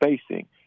spacing